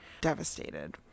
devastated